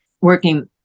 working